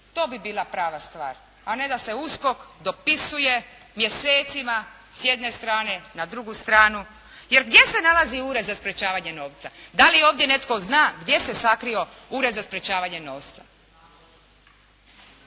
to bi bila prava stvar, a ne da se USKOK dopisuje mjesecima s jedne strane na drugu stranu. Jer gdje se nalazi ured za sprječavanja novca? Da li ovdje netko zna gdje se sakrio ured za sprječavanje novca?